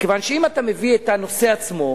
מכיוון שאם אתה מביא את הנושא עצמו,